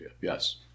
Yes